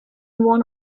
one